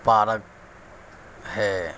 park ہے